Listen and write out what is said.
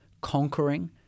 conquering